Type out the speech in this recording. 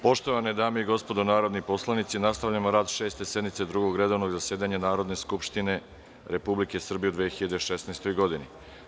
Poštovane dame i gospodo narodni poslanici, nastavljamo rad Šeste sednice Drugog redovnog zasedanja Narodne skupštine Republike Srbije u 2016. godini.